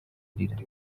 arira